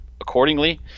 accordingly